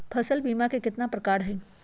फसल बीमा कतना प्रकार के हई?